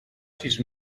sis